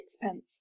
sixpence